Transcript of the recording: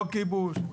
לא כיבוש,